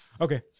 okay